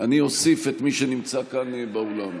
אני אוסיף את מי שנמצא כאן באולם.